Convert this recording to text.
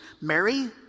Mary